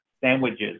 sandwiches